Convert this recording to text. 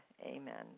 amen